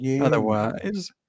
Otherwise